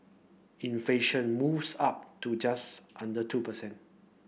inflation moves up to just under two percent